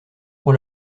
pour